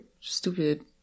stupid